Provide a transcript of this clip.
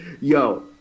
Yo